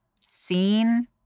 seen